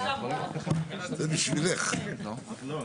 הישיבה ננעלה בשעה 15:41.